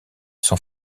sont